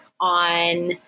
on